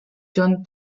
john